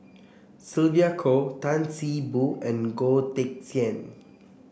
Sylvia Kho Tan See Boo and Goh Teck Sian